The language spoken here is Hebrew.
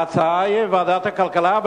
ההצעה היא ועדת הכלכלה,